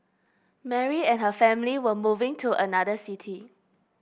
Mary and her family were moving to another city